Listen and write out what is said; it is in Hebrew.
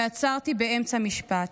/ ועצרתי באמצע משפט.